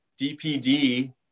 DPD